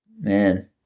Man